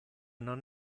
non